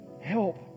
help